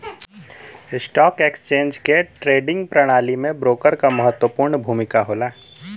stock exchange के trading प्रणाली में ब्रोकर क महत्वपूर्ण भूमिका होला